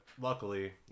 luckily